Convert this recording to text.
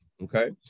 Okay